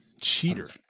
cheater